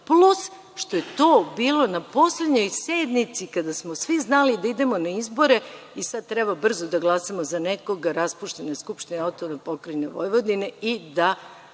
plus što je to bilo na poslednjoj sednici kada smo svi znali da idemo na izbore i sad treba brzo da glasamo za nekoga, a raspuštena je Skupština AP Vojvodine i da